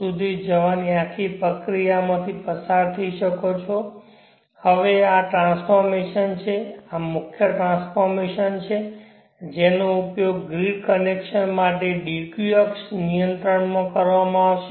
સુધી જવાની આખી પ્રક્રિયામાંથી પસાર થઈ શકો હવે આ ટ્રાન્સફોર્મેશન છે આ મુખ્ય ટ્રાન્સફોર્મેશન છે જેનો ઉપયોગ ગ્રીડ કનેક્શન માટે dq અક્ષ નિયંત્રણ માં કરવામાં આવશે